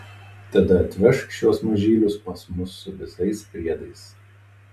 tada atvežk šiuos mažylius pas mus su visais priedais